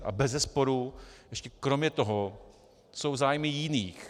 A bezesporu kromě toho jsou zájmy jiných.